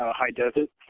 ah high desert.